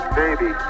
baby